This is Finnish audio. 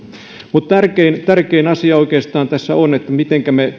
mutta tärkein tärkein asia tässä oikeastaan on se mitenkä me